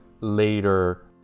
later